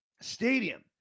Stadium